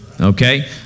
okay